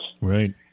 Right